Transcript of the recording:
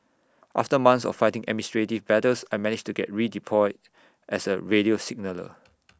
after months of fighting administrative battles I managed to get redeployed as A radio signaller